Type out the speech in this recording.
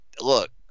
look